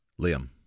Liam